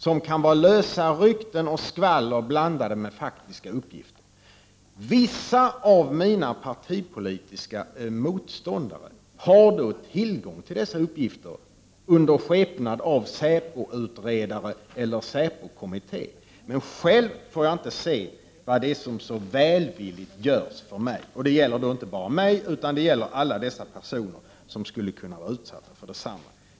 Det kan vara lösa rykten och skvaller blandade med faktiska uppgifter. Vissa av mina partipolitiska motståndare har då tillgång till dessa uppgifter under skepnad av att vara säpoutredare eller medlem av en säpokommitté. Men själv får jag inte se vad det är som så välvilligt görs för mig. Det gäller inte bara mig, utan det gäller alla dessa personer som skulle kunna vara utsatta för detsamma.